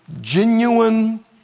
genuine